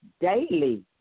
daily